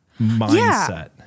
mindset